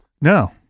No